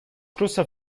kloster